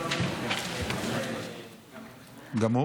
קצר,